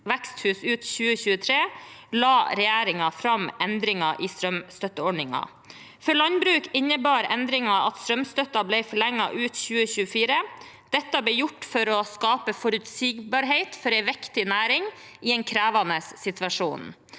veksthusnæringen ut 2023, la regjeringen fram endringer i strømstøtteordningen. For landbruket innebar endringen at strømstøtten ble forlenget ut 2024. Dette ble gjort for å skape forutsigbarhet for en viktig næring i en krevende situasjon.